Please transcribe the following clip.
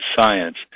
science